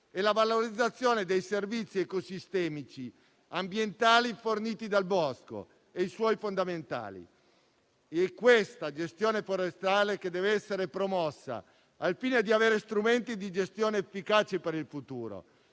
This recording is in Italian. e la valorizzazione dei servizi ecosistemici ambientali forniti dal bosco e i suoi fondamentali. È questa la gestione forestale che deve essere promossa, al fine di avere strumenti di gestione efficaci per il futuro.